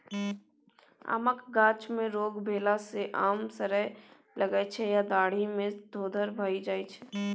आमक गाछ मे रोग भेला सँ आम सरय लगै छै या डाढ़ि मे धोधर भए जाइ छै